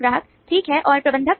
ग्राहक ठीक है और प्रबंधक